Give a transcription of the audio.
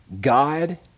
God